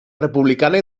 republicana